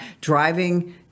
driving